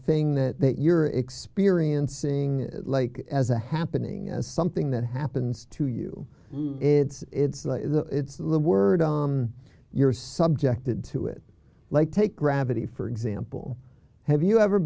thing that you're experiencing like as a happening as something that happens to you it's it's the it's the word on your subjected to it like take gravity for example have you ever